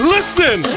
Listen